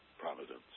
providence